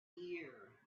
year